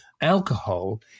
alcohol